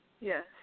Yes